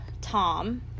Tom